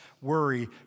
worry